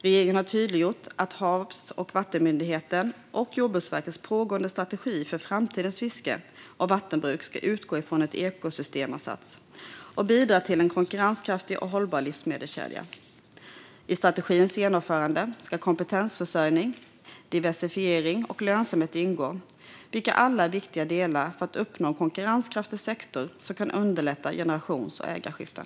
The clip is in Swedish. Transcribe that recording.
Regeringen har tydliggjort att Havs och vattenmyndighetens och Jordbruksverkets pågående strategi för framtidens fiske och vattenbruk ska utgå från en ekosystemansats och bidra till en konkurrenskraftig och hållbar livsmedelskedja. I strategins genomförande ska kompetensförsörjning, diversifiering och lönsamhet ingå, vilka alla är viktiga delar för att uppnå en konkurrenskraftig sektor som kan underlätta generations och ägarskiften.